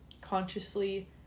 consciously